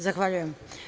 Zahvaljujem.